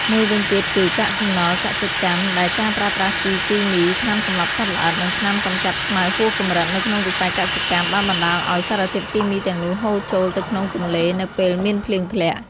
មួយវិញទៀតគឺ កាកសំណល់កសិកម្ម ដែលការប្រើប្រាស់ជីគីមី ថ្នាំសម្លាប់សត្វល្អិត និងថ្នាំកម្ចាត់ស្មៅហួសកម្រិតនៅក្នុងវិស័យកសិកម្ម បានបណ្តាលឱ្យសារធាតុគីមីទាំងនោះហូរចូលទៅក្នុងទន្លេនៅពេលមានភ្លៀងធ្លាក់។